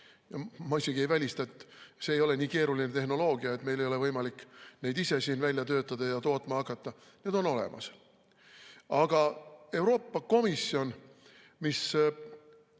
Ma isegi ei välista – see ei ole nii keeruline tehnoloogia –, et meil on võimalik neid ise siin välja töötada ja tootma hakata. Need on olemas. Aga Euroopa Komisjon, kes